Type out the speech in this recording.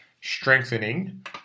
strengthening